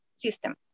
system